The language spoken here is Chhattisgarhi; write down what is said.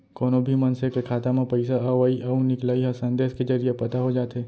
कोनो भी मनसे के खाता म पइसा अवइ अउ निकलई ह संदेस के जरिये पता हो जाथे